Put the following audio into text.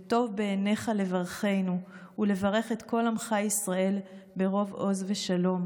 וטוב בעיניך לברכנו ולברך את כל עמך ישראל ברוב עוז ושלום".